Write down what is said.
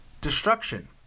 destruction